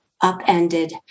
upended